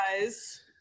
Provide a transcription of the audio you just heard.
guys